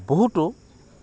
বহুতো